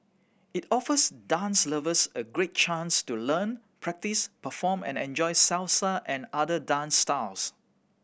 it offers dance lovers a great chance to learn practice perform and enjoy Salsa and other dance styles